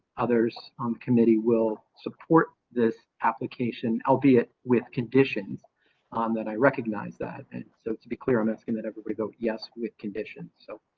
others on committee will support this application, albeit with conditions that i recognize that. and so to be clear, i'm asking that everybody go yes. with conditions. so.